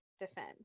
defend